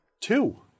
Two